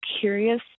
curious